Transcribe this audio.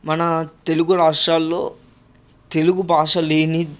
మన తెలుగు రాష్ట్రాలలో తెలుగుభాష లేని